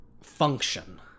function